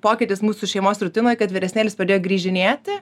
pokytis mūsų šeimos rutinoj kad vyresnėlis pradėjo grįžinėti